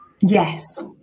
Yes